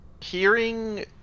Hearing